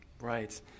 Right